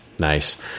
Nice